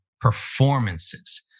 performances